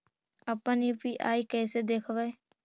अपन यु.पी.आई कैसे देखबै?